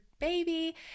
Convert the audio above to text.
baby